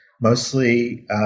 mostly